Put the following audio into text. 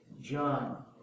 John